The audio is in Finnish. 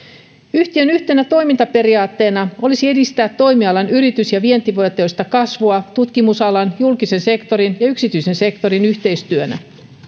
yhtiön yhtenä toimintaperiaatteena olisi edistää toimialan yritys ja vientivetoista kasvua tutkimusalan julkisen sektorin ja yksityisen sektorin yhteistyönä